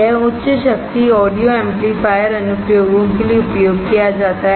यह उच्च शक्ति ऑडियो एम्पलीफायरअनुप्रयोगों के लिए उपयोग किया जाता है